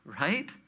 right